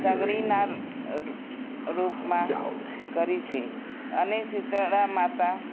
સગડીના ર ર રૂપમાં કરે છે અને શીતળા માતા